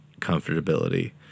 comfortability